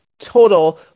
total